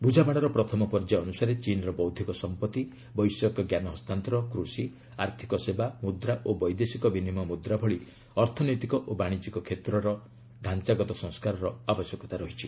ବୁଝାମଣାର ପ୍ରଥମ ପର୍ଯ୍ୟାୟ ଅନୁସାରେ ଚୀନର ବୌଦ୍ଧିକ ସମ୍ପଭି ବୈଷୟିକ ଜ୍ଞାନ ହସ୍ତାନ୍ତର କୃଷି ଆର୍ଥିକ ସେବା ମୁଦ୍ରା ଓ ବୈଦେଶିକ ବିନିମୟ ମୁଦ୍ରା ଭଳି ଅର୍ଥନୈତିକ ଓ ବାଣିଜ୍ୟିକ କ୍ଷେତ୍ରରେ ଢାଞ୍ଚାଗତ ସଂସ୍କାରର ଆବଶ୍ୟକତା ରହିଛି